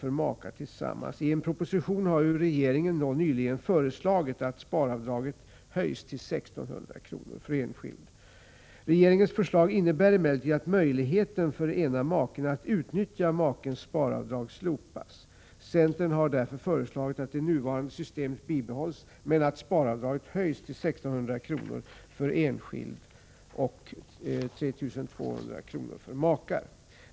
för makar tillsammans. I en proposition har regeringen nyligen föreslagit att sparavdraget höjs till 1 600 kr. för enskild. Regeringens förslag innebär emellertid att möjligheten för ena maken att utnyttja makens sparavdrag slopas. Centern har därför förordat att det nuvarande systemet bibehålls men att sparavdraget höjs till 1 600 kr. för enskild och 3 200 kr. för makar.